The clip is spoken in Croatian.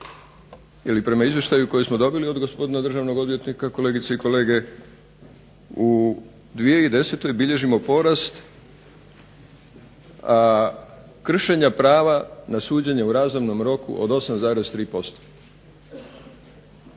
ili prema izvještaju koji smo dobili od gospodina državnog odvjetnika, kolegice i kolege, u 2010. bilježimo porast kršenja prava na suđenje u razumnom roku od 8,3%.